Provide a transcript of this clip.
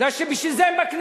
כי בשביל זה הם בכנסת,